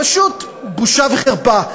פשוט בושה וחרפה.